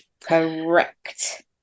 correct